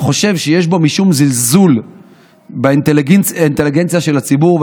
אני חושב שיש בו משום זלזול באינטליגנציה של הציבור.